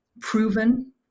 proven